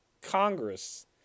Congress